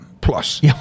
Plus